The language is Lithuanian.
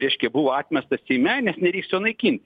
reiškia buvo atmestas seime nes nereiks jo naikint